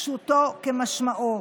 פשוטו כמשמעו.